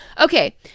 Okay